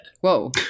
Whoa